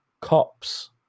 Cops